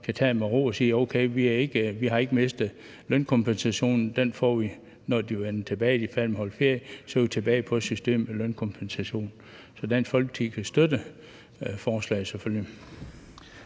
kan tage det med ro og sige: Okay, vi har ikke mistet lønkompensationen; den får vi, når de vender tilbage og er færdige med at holde ferie; så er vi tilbage på systemet med lønkompensation. Så Dansk Folkeparti kan selvfølgelig støtte forslaget.